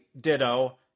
ditto